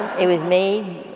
it was made